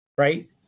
right